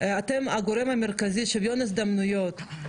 אתם גורם מרכזי, שוויון הזדמנויות.